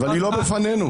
ההצעה לא לפנינו.